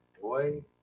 Boy